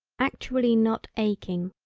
actually not aching,